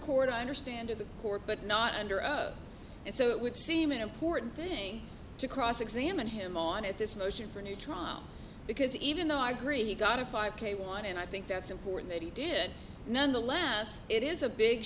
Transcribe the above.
court i understand of the court but not under a and so it would seem an important thing to cross examine him on at this motion for a new trial because even though i agree he got a five k one and i think that's important that he did none the less it is a big